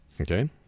Okay